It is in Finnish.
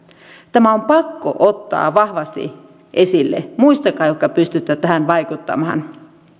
tämä on pakko ottaa vahvasti esille muistakaa te jotka pystytte tähän vaikuttamaan